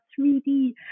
3D